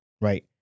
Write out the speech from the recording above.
right